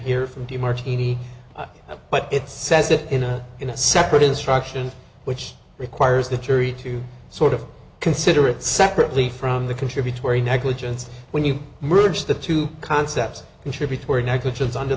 here from de martini but it says it in a separate instruction which requires the jury to sort of consider it separately from the contributory negligence when you merge the two concepts contributory negligence under